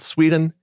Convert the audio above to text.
Sweden